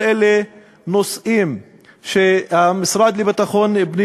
כל אלה הם נושאים שהמשרד לביטחון פנים